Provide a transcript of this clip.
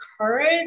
courage